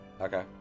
Okay